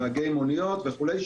נהגי מוניות וכולי,